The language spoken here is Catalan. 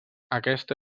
aquesta